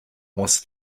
was